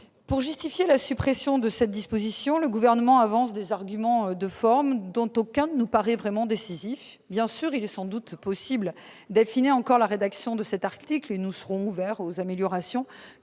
Pour justifier la suppression de cette disposition, le Gouvernement avance des arguments de forme, dont aucun ne nous paraît vraiment décisif. Bien sûr, il est sans doute possible d'affiner davantage la rédaction de cet article, et nous serons ouverts aux améliorations